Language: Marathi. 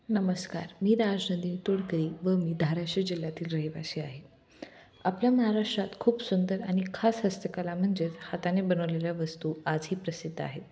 नमस्कार मी राजनंदिनी तोडकरी व मी धाराशिव जिल्ह्यातील रहिवाशी आहे आपल्या महाराष्ट्रात खूप सुंदर आणि खास हस्तकला म्हणजेच हाताने बनवलेल्या वस्तू आजही प्रसिद्द आहेत